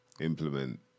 implement